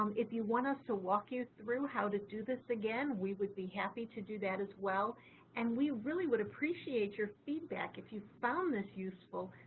um if you want us to walk you through how to do this again, we would be happy to do that as well and we really would appreciate your feedback. if you found this useful,